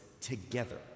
together